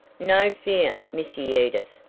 no fear, missy edith,